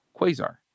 Quasar